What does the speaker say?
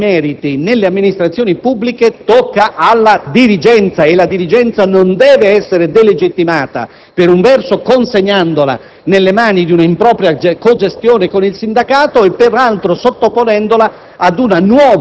e dei demeriti nelle amministrazioni pubbliche tocca alla dirigenza e questa non deve essere delegittimata, per un verso consegnandola nelle mani di un'impropria cogestione con il sindacato e per altro verso sottoponendola